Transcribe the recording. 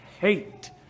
hate